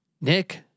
Nick